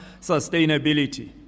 sustainability